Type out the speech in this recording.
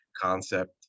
concept